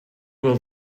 will